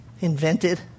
invented